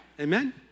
Amen